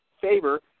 favor